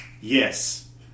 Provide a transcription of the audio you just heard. Yes